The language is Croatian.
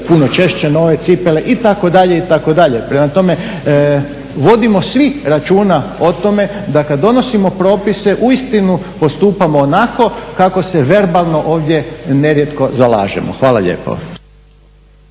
puno češće nove cipele itd. itd. Prema tome, vodimo svi računa o tome da kad donosimo propise uistinu postupamo onako kako se verbalno ovdje nerijetko zalažemo. Hvala lijepo.